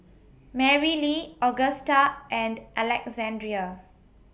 Marylee Augusta and Alexandrea